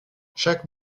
chaque